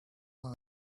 life